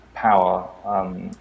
power